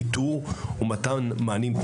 איתור ומתן מענים,